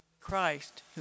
Christ